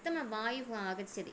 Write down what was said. उत्तमः वायुः आगच्छति